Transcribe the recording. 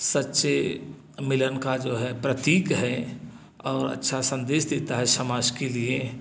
सच्चे मिलन का जो है प्रतीक है और अच्छा संदेश देता है समाज के लिए